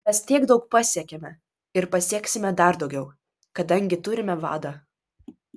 mes tiek daug pasiekėme ir pasieksime dar daugiau kadangi turime vadą